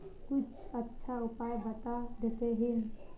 कुछ अच्छा उपाय बता देतहिन?